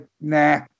nah